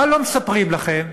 מה לא מספרים לכם?